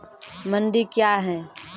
मंडी क्या हैं?